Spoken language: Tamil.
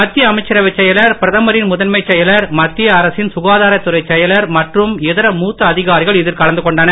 மத்திய அமைச்சரவைச் செயலர் பிரதமரின் முதன்மைச் செயலர் மத்திய அரசின் சுகாதாரத் துறைச் செயலர் மற்றும் இதர மூத்த அதிகாரிகள் இதில் கலந்துகொண்டனர்